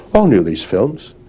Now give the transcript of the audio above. all knew these films,